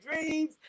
dreams